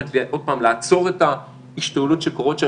על מנת לעצור את ההשתוללות שקורית שם.